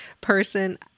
person